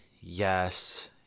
yes